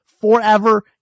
forever